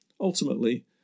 Ultimately